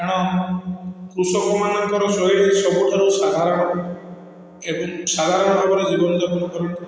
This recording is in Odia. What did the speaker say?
କାରଣ କୃଷକମାନଙ୍କର ଶୈଳୀ ସବୁଠାରୁ ସାଧାରଣ ଏବଂ ସାଧାରଣ ଭାବରେ ଜୀବନଯାପନ କରନ୍ତି